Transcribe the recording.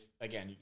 again